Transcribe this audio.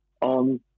on